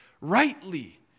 rightly